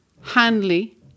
Hanley